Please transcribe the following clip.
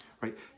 Right